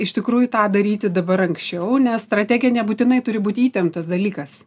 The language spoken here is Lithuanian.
iš tikrųjų tą daryti dabar anksčiau nes strategija nebūtinai turi būti įtemptas dalykas